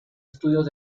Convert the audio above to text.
estudios